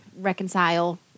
reconcile